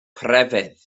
crefydd